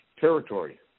territory